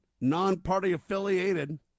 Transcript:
non-party-affiliated